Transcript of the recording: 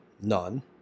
none